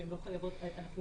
שהן לא חייבות אנחנו